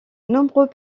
nombreux